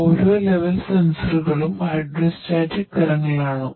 ഓരോ ലെവൽ സെൻസറുകളും ഹൈഡ്രോസ്റ്റാറ്റിക് തരങ്ങളാണ്